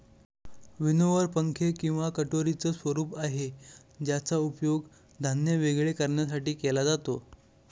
winnower पंखे किंवा कटोरीच स्वरूप आहे ज्याचा उपयोग धान्य वेगळे करण्यासाठी केला जातो